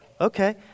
Okay